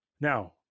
now